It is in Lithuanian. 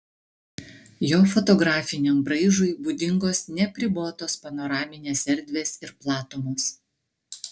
jo fotografiniam braižui būdingos neapribotos panoraminės erdvės ir platumos